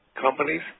companies